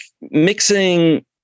mixing